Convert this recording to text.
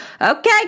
okay